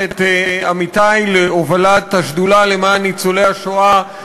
עמיתי להובלת השדולה למען ניצולי השואה,